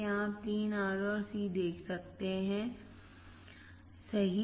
यहाँ आप 3 R और Cs देख सकते हैंसही